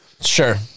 Sure